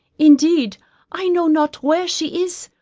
indeed i know not where she is,